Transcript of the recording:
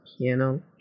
piano